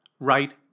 right